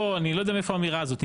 אני לא יודע מאיפה האמירה הזאת.